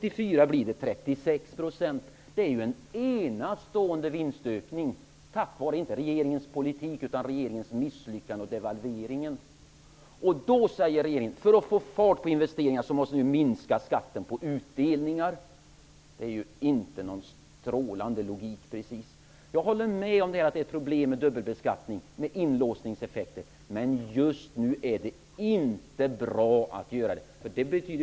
Jag kan inte svara för decimalerna, men det är en enastående vinstökning. Den har inte skett tack vare regeringens politik utan på grund av regeringens misslyckande och den därefter följande devalveringen. I det läget säger regeringen: Vi måste för att få fart på investeringarna minska skatten på utdelningar. Det är inte precis någon strålande logik. Jag håller med om att det är problem med dubbelbeskattningens inlåsningseffekter, men just nu är det inte bra att genomföra denna åtgärd.